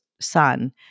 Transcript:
son